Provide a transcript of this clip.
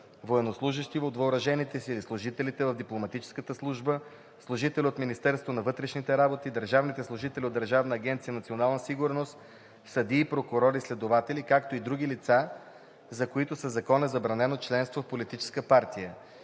военнослужещите от въоръжените сили, служителите в дипломатическата служба, служителите от Министерството на вътрешните работи, държавните служители от Държавна агенция „Национална сигурност“, съдии, прокурори и следователи, както и други лица, за които със закон е забранено членството в политическа партия.